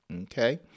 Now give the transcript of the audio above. Okay